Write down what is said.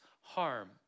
harm